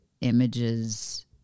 images